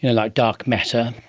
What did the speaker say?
you know like dark matter,